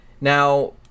Now